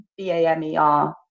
BAMER